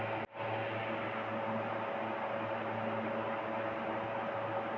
गोबर gas plant biogas जीवाश्म इंधन किंवा मृत जैव पदार्थांपासून बनवता येतो